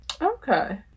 Okay